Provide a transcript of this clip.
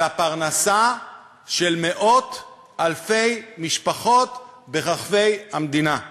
על הפרנסה של מאות-אלפי משפחות ברחבי המדינה.